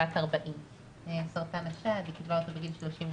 כשהייתה בת 40. היא קיבלה אותו בגיל 38,